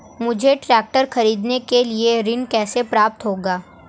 मुझे ट्रैक्टर खरीदने के लिए ऋण कैसे प्राप्त होगा?